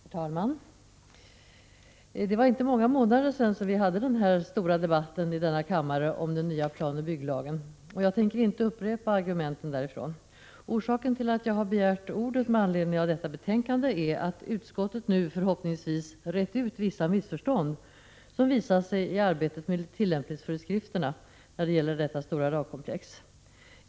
Herr talman! Det var inte många månader sedan vi hade den stora debatten i denna kammare om den nya planoch bygglagen. Jag tänker inte upprepa argumenten därifrån. Orsaken till att jag begärt ordet med anledning av detta betänkande är att utskottet nu förhoppningsvis rett ut vissa missförstånd som visat sig i arbetet med tillämpningsföreskrifterna när det gäller detta stora lagkomplex.